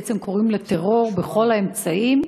ובעצם קוראים לטרור בכל האמצעים.